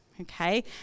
Okay